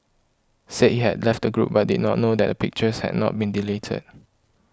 said he had left the group but did not know that the pictures had not been deleted